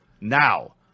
now